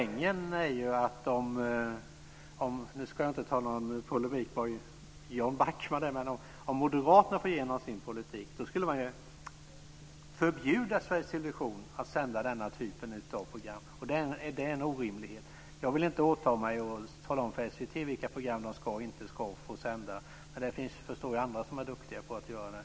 Nu ska jag inte ge mig in i polemik med Jan Backman, men poängen är att om Moderaterna får igenom sin politik så skulle man förbjuda Sveriges Television att sända denna typ av program - och det är en orimlighet. Jag vill inte åta mig att tala om för SVT vilka program de ska och inte ska få sända. Men jag förstår att det finns andra som är duktiga på att göra det.